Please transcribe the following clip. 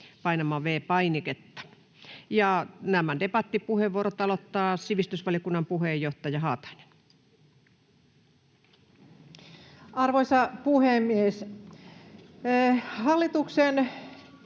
painamaan V-painiketta. — Nämä debattipuheenvuorot aloittaa sivistysvaliokunnan puheenjohtaja Haatainen. [Speech 4] Speaker: